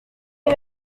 les